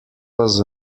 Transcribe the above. was